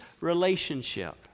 relationship